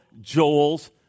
Joel's